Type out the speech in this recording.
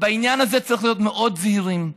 ובעניין הזה צריך להיות מאוד זהירים.